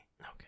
Okay